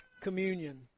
communion